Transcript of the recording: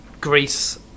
Greece